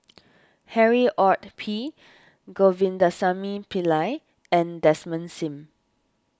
Harry Ord P Govindasamy Pillai and Desmond Sim